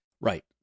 Right